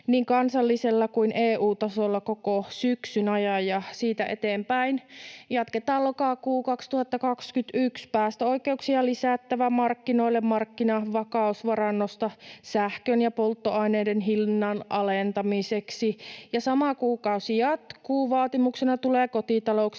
niin kansallisella kuin EU-tasolla koko syksyn ajan ja siitä eteenpäin. Jatketaan, lokakuu 2021: Päästöoikeuksia lisättävä markkinoille markkinavakausvarannosta sähkön ja polttoaineiden hinnan alentamiseksi. Sama kuukausi jatkuu ja vaatimuksena: Kotitalouksien